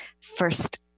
first